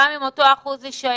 גם אם אותו אחוז יישאר,